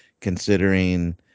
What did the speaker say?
considering